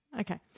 Okay